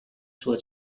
sua